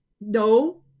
No